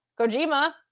Kojima